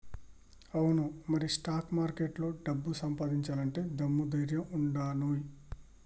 అవును మరి స్టాక్ మార్కెట్లో డబ్బు సంపాదించాలంటే దమ్ము ధైర్యం ఉండానోయ్